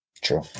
True